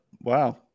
Wow